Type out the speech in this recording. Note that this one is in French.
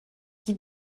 guy